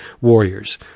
warriors